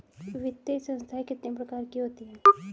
वित्तीय संस्थाएं कितने प्रकार की होती हैं?